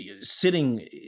sitting